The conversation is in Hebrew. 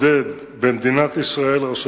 עשרות בקשות של אזרחים מיהודה ושומרון להתקין מערכות ייצור